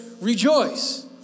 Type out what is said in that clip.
rejoice